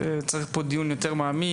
צריך פה דיון מעמיק יותר,